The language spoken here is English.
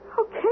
Okay